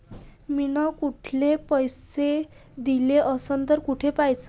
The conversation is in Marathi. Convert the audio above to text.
मिन कुनाले पैसे दिले असन तर कुठ पाहाचं?